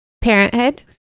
Parenthood